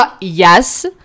yes